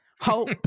hope